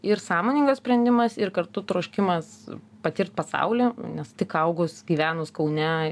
ir sąmoningas sprendimas ir kartu troškimas patirt pasaulį nes tik augus gyvenus kaune